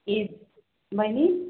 ए बहिनी